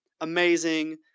amazing